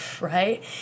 right